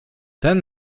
ten